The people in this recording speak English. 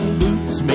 boots